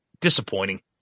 disappointing